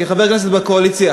כחבר כנסת בקואליציה.